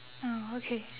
oh okay